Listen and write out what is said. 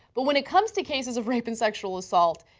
but when it comes to cases of rape and sexual assault,